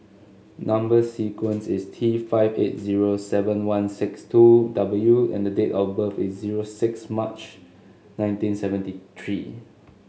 number sequence is T five eight zero seven one six two W and the date of birth is zero six March nineteen seventy three